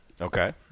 Okay